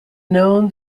known